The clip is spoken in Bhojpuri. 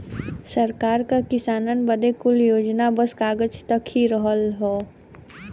सरकार क किसानन बदे कुल योजना बस कागज तक ही रहल हौ